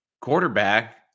quarterback